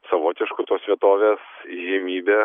savotišku tos vietovės įžymybe